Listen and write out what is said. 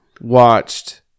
Watched